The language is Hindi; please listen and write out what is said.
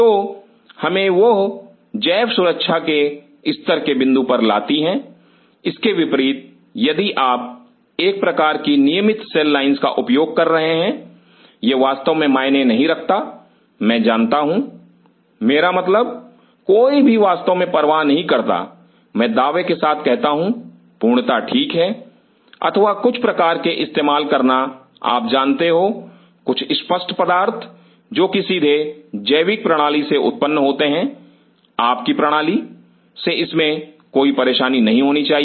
तो वह हमें जैव सुरक्षा के स्तर के बिंदु पर लाती हैं इसके विपरीत यदि आप एक प्रकार की नियमित सेल लाइंस का उपयोग कर रहे हैं यह वास्तव में मायने नहीं रखता मैं जानता हूं मेरा मतलब कोई भी वास्तव में परवाह नहीं करता मैं दावे के साथ कहता हूं पूर्णतया ठीक है अथवा कुछ प्रकार के इस्तेमाल करना आप जानते हो कुछ स्पष्ट पदार्थ जो कि सीधे जैविक प्रणाली से उत्पन्न होते हैं आप की प्रणाली से इसमें कोई परेशानी नहीं होनी चाहिए